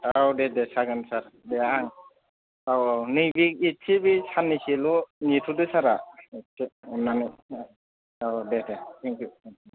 औ दे दे जागोन सार दे आं औ औ नैबे एसे बे साननैसोल' नेथ'दो सारा एसे अननानै औ दे दे थेंकिउ